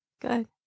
Good